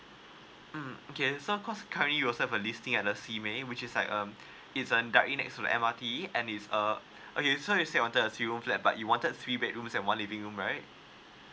mm okay so cause currently yourself have listing at the simei which is like um it's uh right next to the M_R_T and it's uh okay so you said wanted a semi flat but you wanted three bedrooms and one living room right